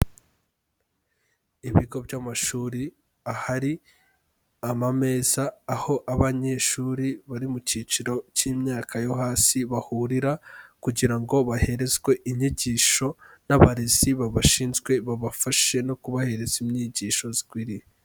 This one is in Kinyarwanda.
Ibigo by'amashuri ahari amameza, aho abanyeshuri bari mu cyiciro cy'imyaka yo hasi bahurira kugira ngo baherezwe inyigisho n'abarezi babashinzwe babafashe no kubahereza inyigisho zikwiriye.